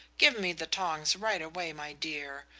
give me the tongs right away, my dear.